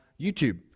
YouTube